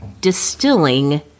distilling